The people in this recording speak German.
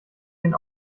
den